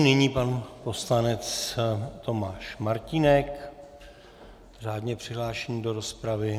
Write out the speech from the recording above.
Nyní pan poslanec Tomáš Martínek, řádně přihlášený do rozpravy.